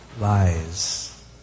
lies